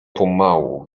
pomału